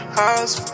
house